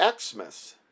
Xmas